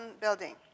Building